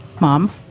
Mom